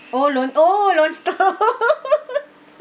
oh lon~ oh lontong